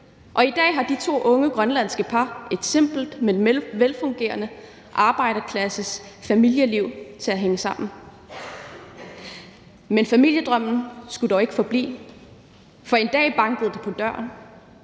og i dag skal det unge grønlandske par have et simpelt, men velfungerende arbejderklassesfamilieliv til at hænge sammen. Men familiedrømmen skulle dog ikke forblive sådan, for en dag bankede det på døren,